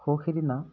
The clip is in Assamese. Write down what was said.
সৌ সিদিনা